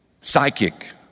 psychic